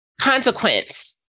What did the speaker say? consequence